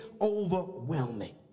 overwhelming